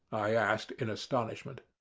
i asked in astonishment.